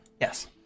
Yes